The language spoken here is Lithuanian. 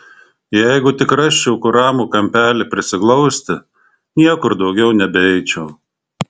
jeigu tik rasčiau kur ramų kampelį prisiglausti niekur daugiau nebeeičiau